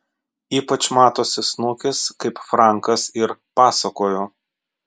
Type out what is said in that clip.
ypač matosi snukis kaip frankas ir pasakojo